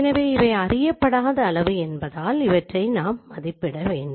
எனவே இவை அறியப்படாத அளவு என்பதால் இவற்றை நாம் மதிப்பிடப் வேண்டும்